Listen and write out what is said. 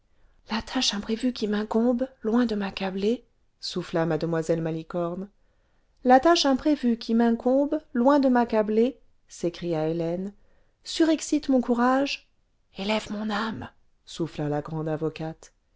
la tâche imprévue qui m'incombe loin de m'accabler souffla ma malicorne félicitations a l'avocate la tâche imprévue qui m'incombe loin de m'accabler s'écria hélène surexcite mon courage elève mon âme souffla la grande